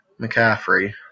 McCaffrey